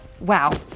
Wow